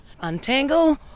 Untangle